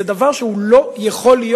זה דבר שלא יכול להיות.